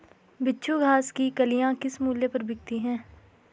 बिच्छू घास की कलियां किस मूल्य पर बिकती हैं?